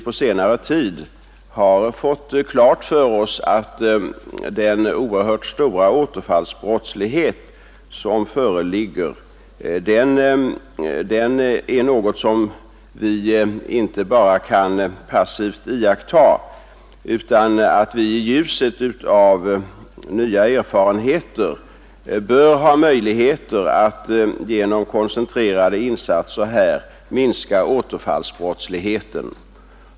På senare tid har vi fått klart för oss att de många återfallen i brottslighet är något som vi inte bara kan passivt iaktta, utan vi bör också i ljuset av nya erfarenheter ha möjligheter att genom koncentrerade insatser minska på den återfallsbrottsligheten.